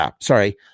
Sorry